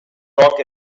rock